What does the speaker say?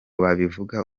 babivuga